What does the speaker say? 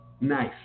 knife